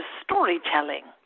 storytelling